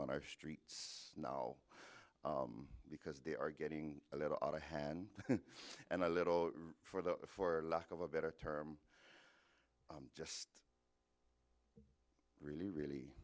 on our streets now because they are getting a little out of hand and a little for the for lack of a better term just really really